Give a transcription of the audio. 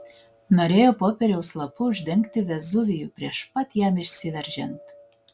norėjo popieriaus lapu uždengti vezuvijų prieš pat jam išsiveržiant